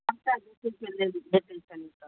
सबटा चीज लेल भेटै छै